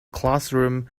classroom